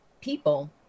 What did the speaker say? people